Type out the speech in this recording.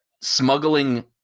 smuggling